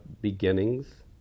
beginnings